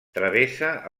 travessa